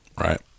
Right